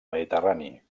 mediterrani